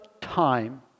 time